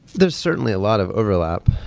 there's certainly a lot of overlap.